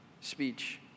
speech